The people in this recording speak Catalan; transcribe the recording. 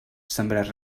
sembrar